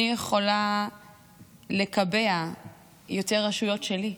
אני יכולה לקבע יותר רשויות שלי,